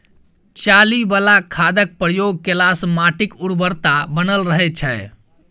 चाली बला खादक प्रयोग केलासँ माटिक उर्वरता बनल रहय छै